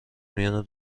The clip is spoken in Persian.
میان